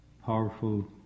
Powerful